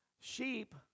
Sheep